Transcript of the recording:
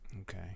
okay